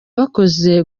bakoze